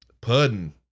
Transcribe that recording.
Pudding